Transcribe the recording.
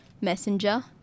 messenger